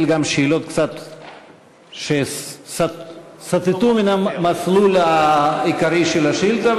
גם שאלות שקצת סטו מהמסלול העיקרי של השאילתה,